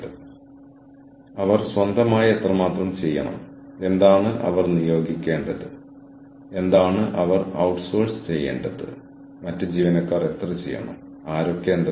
വിതരണക്കാർ പങ്കാളികൾ ക്ലയന്റുകൾ ഉപഭോക്താക്കൾ എന്നിവർ ആളുകളെ നിയന്ത്രിക്കുന്ന രീതിയെ എങ്ങനെ സ്വാധീനിക്കുന്നുവെന്ന് നെറ്റ്വർക്കുചെയ്ത പ്രവർത്തനം പരിഗണിക്കേണ്ടതുണ്ട്